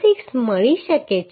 06 મળી શકે છે